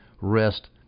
rest